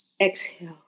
Exhale